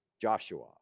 Joshua